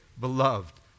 beloved